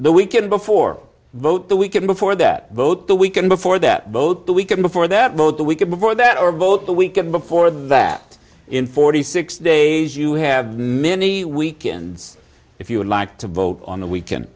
the weekend before vote the weekend before that vote the weekend before that both the weekend before that vote that we could before that or both the weekend before that in forty six days you have many weekends if you would like to vote on the weekend